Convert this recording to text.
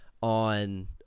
on